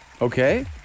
Okay